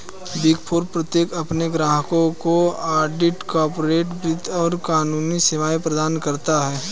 big four प्रत्येक अपने ग्राहकों को ऑडिट, कॉर्पोरेट वित्त और कानूनी सेवाएं प्रदान करता है